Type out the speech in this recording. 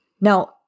Now